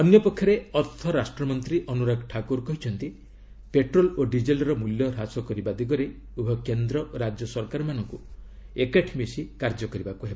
ଅନ୍ୟପକ୍ଷରେ ଅର୍ଥରାଷ୍ଟ୍ରମନ୍ତ୍ରୀ ଅନୁରାଗ ଠାକୁର କହିଛନ୍ତି ପେଟ୍ରୋଲ ଓ ଡିଜେଲର ମୂଲ୍ୟ ହାସ କରିବା ଦିଗରେ ଉଭୟ କେନ୍ଦ ଓ ରାଜ୍ୟ ସରକାରମାନଙ୍କୁ ଏକାଠି ମିଶି କାର୍ଯ୍ୟ କରିବାକୁ ହେବ